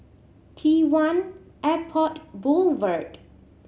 T One Airport Boulevard